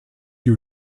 your